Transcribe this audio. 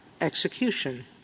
execution